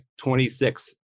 26